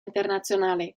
internazionale